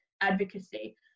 advocacy